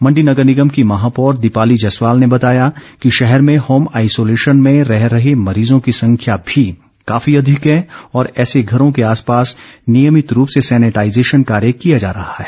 मण्डी नगर निगम की महापौर दीपाली जसवाल ने बताया कि शहर में होम आईसोलेशन में रह रहे मरीजों की संख्या भी काफी अधिक है और ऐसे घरों के आसपास नियमित रूप से सैनिटाईजेशन कार्य किया जा रहा है